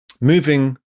moving